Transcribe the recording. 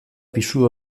pisu